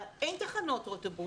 אין תחנות אוטובוס.